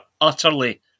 utterly